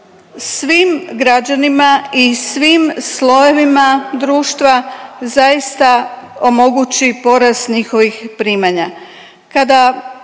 svim građanima i svim slojevima društva zaista omogući porast njihovih primanja.